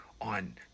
on